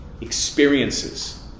experiences